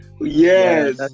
Yes